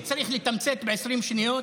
אומרים שצריך לתמצת ב-20 שניות.